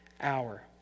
hour